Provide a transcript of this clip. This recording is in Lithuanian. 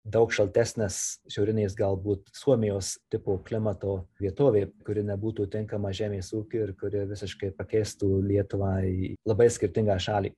daug šaltesnės šiaurinės galbūt suomijos tipo klimato vietovė kuri nebūtų tinkama žemės ūkiui ir kuri visiškai pakeistų lietuvą į labai skirtingą šalį